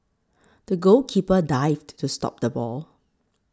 the goalkeeper dived to stop the ball